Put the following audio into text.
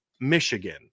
Michigan